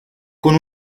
con